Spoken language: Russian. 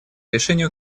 решению